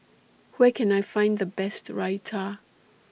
Where Can I Find The Best Raita